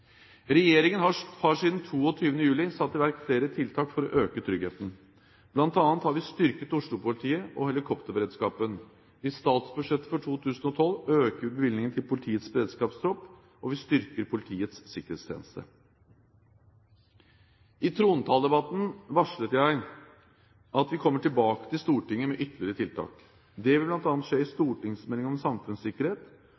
har siden 22. juli satt i verk flere tiltak for å øke tryggheten, bl.a. har vi styrket Oslo-politiet og helikopterberedskapen. I statsbudsjettet for 2012 øker vi bevilgningene til politiets beredskapstropp, og vi styrker Politiets sikkerhetstjeneste. I trontaledebatten varslet jeg at vi kommer tilbake til Stortinget med ytterligere tiltak. Det vil blant annet skje i